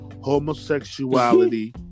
homosexuality